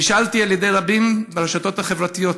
נשאלתי על ידי רבים ברשתות החברתיות: